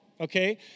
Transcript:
okay